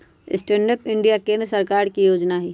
stand up India केंद्र सरकार के जोजना हइ